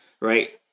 right